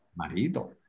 Marido